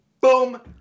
boom